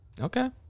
Okay